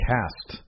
Cast